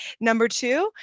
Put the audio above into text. number two,